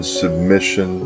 submission